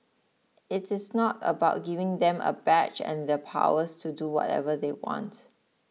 it is not about giving them a badge and the powers to do whatever they want